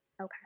Okay